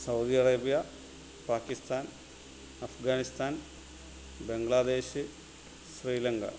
Saudi Arabia Pakistan Afghanistan Bangladesh Sri Lanka